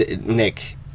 Nick